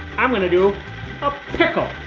i'm gonna do. pickles.